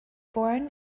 born